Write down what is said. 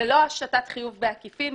ולא השתת חיוב בעקיפין.